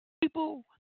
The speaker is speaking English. people